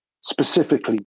specifically